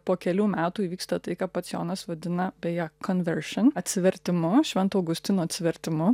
po kelių metų įvyksta tai ką pats jonas vadina beje conversion atsivertimu švento augustino atsivertimu